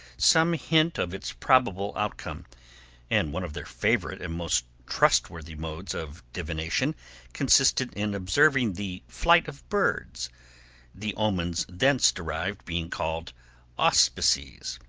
some hint of its probable outcome and one of their favorite and most trustworthy modes of divination consisted in observing the flight of birds the omens thence derived being called auspices.